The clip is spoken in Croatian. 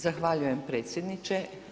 Zahvaljujem predsjedniče.